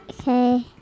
Okay